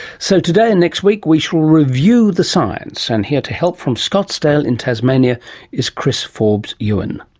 so, today and next week we shall review the science. and here to help from scottsdale in tasmania is chris forbes-ewan.